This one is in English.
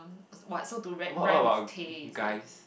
what so to ray~ rhyme with Tay is it